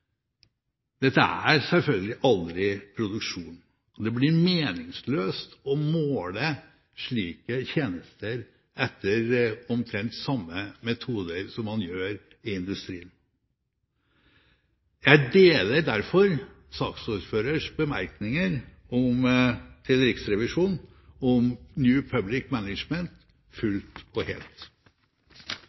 Dette er selvfølgelig aldri produksjon, og det blir meningsløst å måle slike tjenester etter omtrent samme metoder som man gjør i industrien. Jeg deler derfor saksordførerens bemerkninger til Riksrevisjonen om New Public Management fullt og helt.